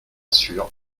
sûr